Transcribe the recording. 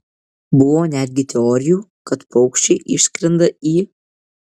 buvo netgi teorijų kad paukščiai išskrenda į